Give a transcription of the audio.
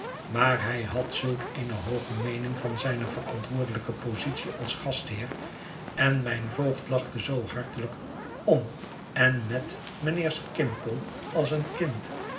maar hij had zulk eene hooge meening van zijne verantwoordelijke positie als gastheer en mijn voogd lachte zoo hartelijk om en met rnijnhe'er skimpole als een kind